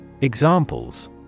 EXAMPLES